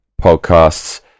podcasts